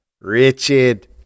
Richard